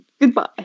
goodbye